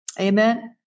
Amen